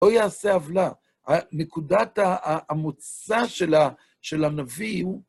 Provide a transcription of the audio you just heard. לא יעשה עוולה, נקודת המוצא של הנביא הוא...